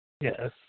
Yes